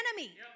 enemy